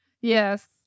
yes